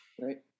Right